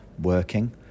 working